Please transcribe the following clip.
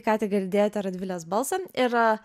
ką tik girdėjote radvilės balsą ir